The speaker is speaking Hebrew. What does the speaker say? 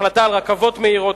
החלטה על רכבות מהירות,